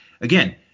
again